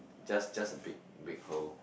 just just a big big hole